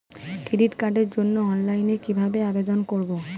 Credit কার্ডের জন্য অনলাইনে কিভাবে আবেদন করব?